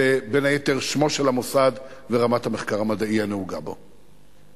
בין היתר שמו של המוסד ורמת המחקר המדעי הנהוגה בו.